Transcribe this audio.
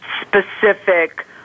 specific